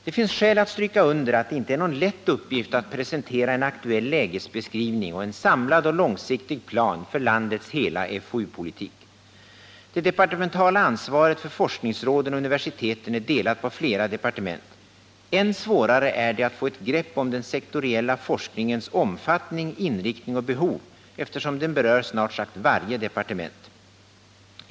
Det finns skäl att stryka under, att det inte är någon lätt uppgift att presentera en aktuell lägesbeskrivning och en samlad och långsiktig plan för landets hela FoU-politik. Det departementala ansvaret för forskningsråden och universiteten är delat på flera departement. Men än svårare är det att få ett grepp om den sektoriella forskningens omfattning, inriktning och behov, eftersom den berör snart sagt varje departement.